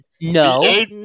No